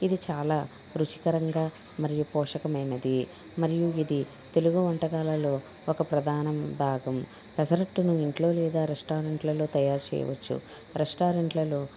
ఇది చాలా రుచికరంగా మరియు పోషకమైనది మరియు ఇది తెలుగు వంటకాలలో ఒక ప్రధానం భాగం పెసరట్టును ఇంట్లో లేదా రెస్టారెంట్లలో తయారు చేయవచ్చు రెస్టారెంట్లలో